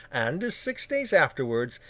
and, six days afterwards,